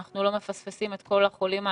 אנחנו לא מפספסים את כל החולים האחרים,